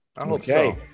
Okay